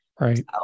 Right